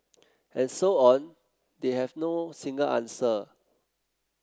and so on that have no single answer